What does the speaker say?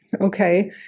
Okay